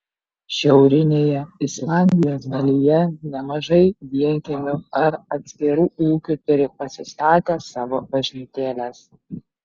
šiaurinėje islandijos dalyje nemažai vienkiemių ar atskirų ūkių turi pasistatę savo bažnytėles